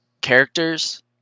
characters